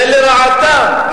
זה לרעתם,